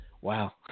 Wow